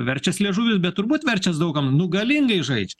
verčias liežuvis bet turbūt verčias daug kam nu galingai žaidžia